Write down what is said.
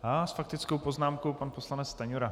S faktickou poznámkou pan poslanec Stanjura.